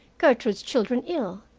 gertrude's children ill.